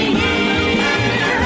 year